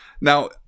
now